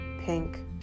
Pink